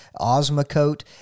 Osmocote